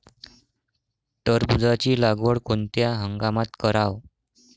टरबूजाची लागवड कोनत्या हंगामात कराव?